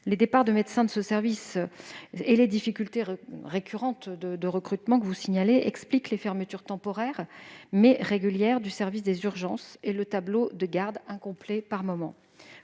Les départs de médecins de ce service et les difficultés récurrentes de recrutement expliquent les fermetures temporaires mais régulières du service des urgences et le tableau de gardes incomplet par moment.